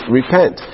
repent